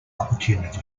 opportunity